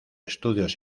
estudios